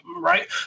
right